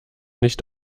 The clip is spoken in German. nicht